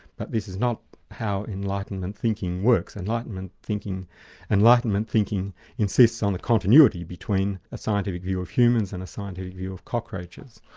but this is not how enlightenment thinking works. enlightenment thinking enlightenment thinking insists on a continuity between a scientific view of humans and a scientific view of cockroaches,